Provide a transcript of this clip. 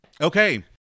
Okay